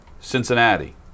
Cincinnati